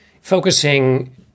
focusing